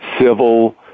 civil